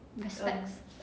respects